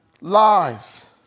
lies